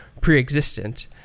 pre-existent